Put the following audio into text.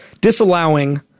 disallowing